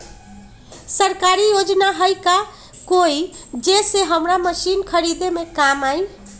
सरकारी योजना हई का कोइ जे से हमरा मशीन खरीदे में काम आई?